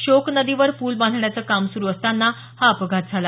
शोक नदीवर पुल बांधण्याचं काम सुरु असताना हा अपघात झाला